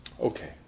Okay